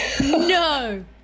no